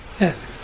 Yes